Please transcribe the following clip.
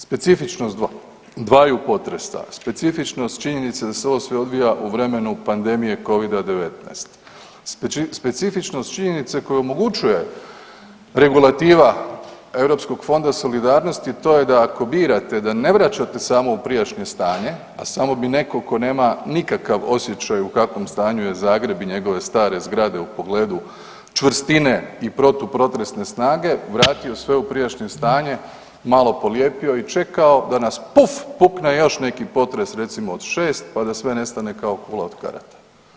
Specifičnost dvaju potresa, specifičnost činjenice da se sve ovo odvija u vremenu pandemije covida-19, specifičnost činjenice koju omogućuje regulativa Europskog fonda solidarnosti to je da ako birate da ne vraćate samo u prijašnje stanje, a samo bi neko ko nema nikakav osjećaj u kavom stanju je Zagreb i njegove stare zgrade u pogledu čvrstine i protupotresne snage vrati sve u prijašnje stanje, malo polijepio i čekao da nas puf pukne još neki potres recimo od 6 pa da sve nestane kao kula od karata.